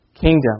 kingdom